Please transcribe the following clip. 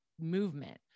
movement